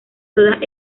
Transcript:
todas